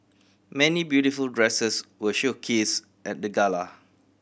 many beautiful dresses were showcased at the gala